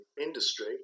industry